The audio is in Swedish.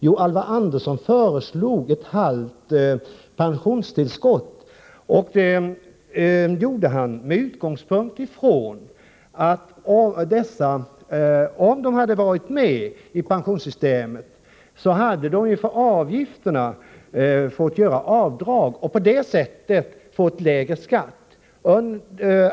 Jo, Alvar Andersson föreslog ett halvt pensionstillskott, och det gjorde han med utgångspunkt i att dessa människor — om de hade varit med i pensionssystemet — hade fått göra avdrag för avgifterna och på det sättet fått lägre skatt.